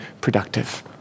productive